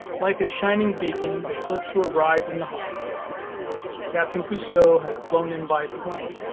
like a shining beacon the calypso arrived in the harbor captain cousteau had flown in by plane.